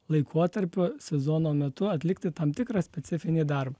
laikotarpio sezono metu atlikti tam tikrą specifinį darbą